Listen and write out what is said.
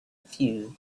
few